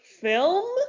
film